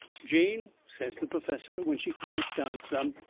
jane, says the perfessor, when she quiets down some,